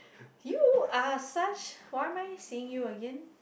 you are such what am I seeing you again